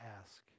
ask